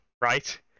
right